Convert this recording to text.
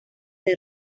del